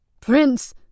Prince